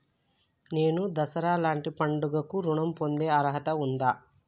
నేను దసరా లాంటి పండుగ కు ఋణం పొందే అర్హత ఉందా?